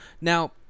Now